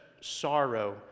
sorrow